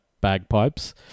bagpipes